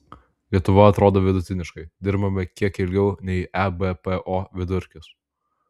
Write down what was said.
lietuva atrodo vidutiniškai dirbame kiek ilgiau nei ebpo vidurkis